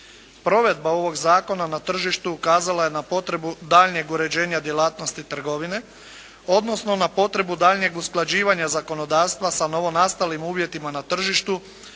Provedba ovog zakona na tržištu ukazala je na potrebu daljnjeg uređenja djelatnosti trgovine, odnosno na potrebu daljnjeg usklađivanja zakonodavstva sa novonastalim uvjetima na tržištu